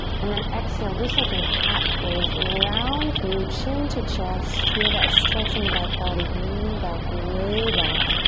and then exhale, just like in cat pose round through chin to chest. feel that stretch in the back body. lean back, way back.